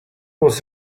was